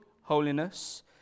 holiness